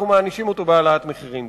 אנחנו מענישים אותו בהעלאת מחירים.